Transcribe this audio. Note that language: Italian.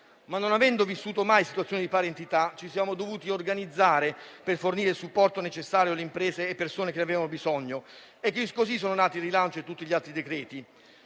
ma, non avendo vissuto mai situazioni di pari entità, ci siamo dovuti organizzare per fornire il supporto necessario alle imprese e alle persone che ne avevano bisogno. Così sono nati il decreto rilancio e tutti gli altri decreti.